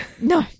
No